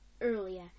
earlier